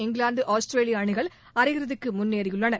இங்கிலாந்து ஆஸ்திரேலிய அணிகள் அரையிறுதிக்கு முன்னேறியுள்ளன